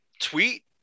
tweet